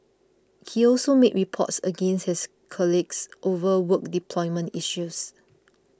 he also made reports against his colleagues over work deployment issues